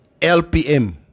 LPM